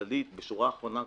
כללית, בשורה האחרונה: